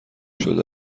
شده